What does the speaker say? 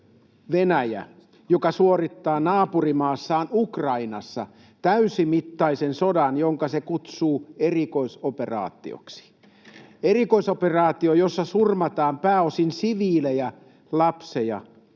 Venäjä, joka suorittaa naapurimaassaan Ukrainassa täysimittaista sotaa, jota se kutsuu erikoisoperaatioksi. Erikoisoperaatio, jossa surmataan pääosin siviilejä, lapsia